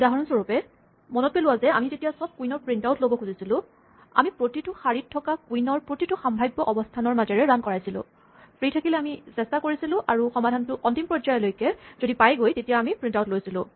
উদাহৰণস্বৰূপে মনত পেলোৱা আমি যেতিয়া চব কুইনৰ প্ৰিন্টআউট ল'ব খুজিছিলো আমি প্ৰতিটো শাৰীত থকা কুইনৰ প্ৰতিটো সাম্ভাব্য অৱস্হানৰ মাজেৰে ৰান কৰাইছিলোঁ ফ্ৰি থাকিলে আমি চেষ্টা কৰিছিলোঁ আৰু সমাধানটো অন্তিম পৰ্যায়লৈকে যদি পাইগৈ তেতিয়া আমি প্ৰিন্টআউট লৈছিলোঁ